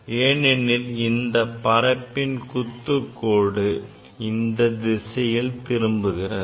ஏனெனில் இந்த பரப்பின் குத்துக்கோடு இத்திசையில் திரும்புகிறது